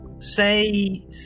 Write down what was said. Say